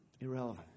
irrelevant